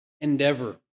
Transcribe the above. endeavor